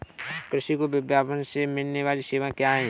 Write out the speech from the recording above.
कृषि को विपणन से मिलने वाली सेवाएँ क्या क्या है